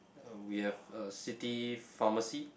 uh we have a city pharmacy